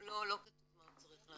לא, לא כתוב מה הוא צריך לעשות.